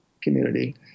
community